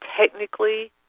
technically